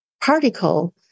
particle